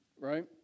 right